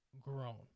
grown